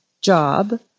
job